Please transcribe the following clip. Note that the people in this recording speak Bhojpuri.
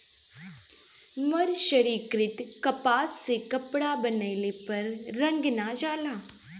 मर्सरीकृत कपास से कपड़ा बनइले पर रंग ना जाला